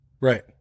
Right